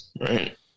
Right